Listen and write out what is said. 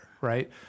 right